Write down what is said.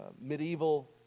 medieval